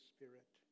Spirit